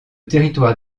territoire